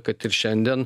kad ir šiandien